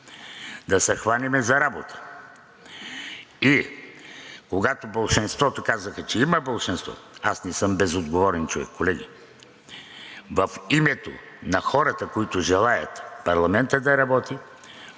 да се хванем за работа. Когато болшинството казаха, че има болшинство, аз не съм безотговорен човек, колеги. В името на хората, които желаят парламентът да работи,